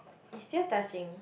is still touching